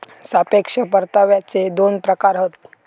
सापेक्ष परताव्याचे दोन प्रकार हत